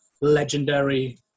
legendary